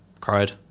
cried